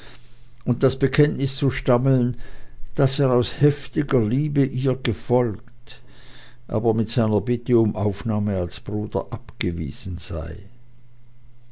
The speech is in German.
und das bekenntnis zu stammeln daß er aus heftiger liebe ihr gefolgt aber mit seiner bitte um aufnahme als bruder abgewiesen sei